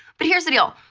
but here's the deal,